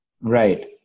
Right